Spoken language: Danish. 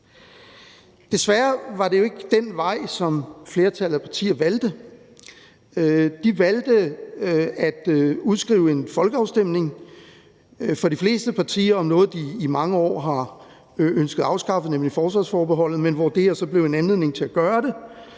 Desværre var det jo ikke den vej, som flertallet af partier valgte. De valgte at udskrive en folkeafstemning – for de fleste partiers vedkommende om noget, de i mange år har ønsket afskaffet, nemlig forsvarsforbeholdet, men hvor det her så blev en anledning til at gøre det.